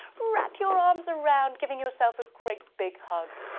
wrap your arms around giving yourself a great big hug.